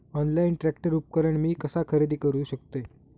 Online tractor उपकरण मी कसा खरेदी करू शकतय?